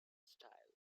style